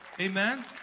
Amen